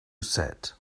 set